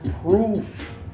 proof